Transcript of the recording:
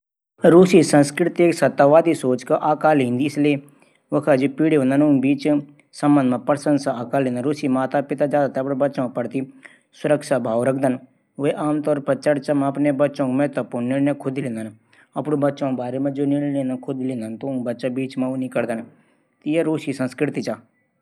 चीन संस्कृति बारे मा वख मिट्टी बर्तन वस्तु कला संगीत साहित्य मार्शल आर्ट भोजन दृश्य कला भोजन धर्म शामिल। त चीन संस्कृति हमरू देश संस्कृति से मिलदू। तभी वास्तु कला लख भी यख भी च। साहित्य भी। बस मार्शल आर्ट वख ज्यादा वो च। भोजन थुडा अलग चू ऊंक। चीन लोग कीडा मकोडों मांस ज्यादा खांदन